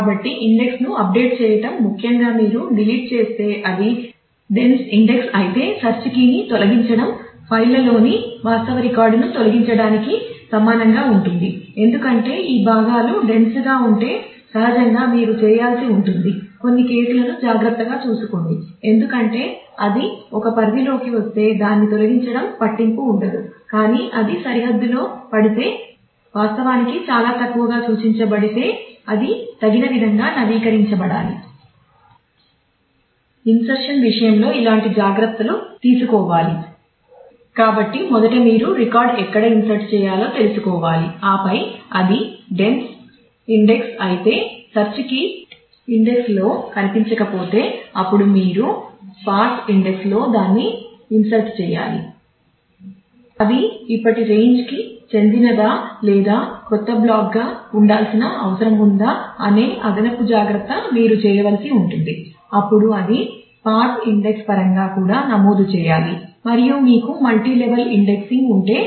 కాబట్టి ఇండెక్స్ను అప్డేట్ని తొలగించడం ఫైల్లోని వాస్తవ రికార్డ్ను తొలగించడానికి సమానంగా ఉంటుంది ఎందుకంటే ఈ భాగాలు డెన్న్స్ గా ఉంటే సహజంగా మీరు చేయాల్సి ఉంటుంది కొన్ని కేసులను జాగ్రత్తగా చూసుకోండి ఎందుకంటే అది ఒక పరిధిలోకి వస్తే దాన్ని తొలగించడం పట్టింపు ఉండదు కానీ అది సరిహద్దులో పడితే వాస్తవానికి చాలా తక్కువగా సూచించబడితే అది తగిన విధంగా నవీకరించబడాలి